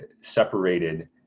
separated